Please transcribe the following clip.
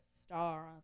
star